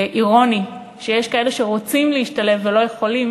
זה אירוני שיש כאלה שרוצים להשתלב ולא יכולים